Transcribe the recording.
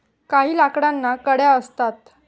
काही लाकडांना कड्या असतात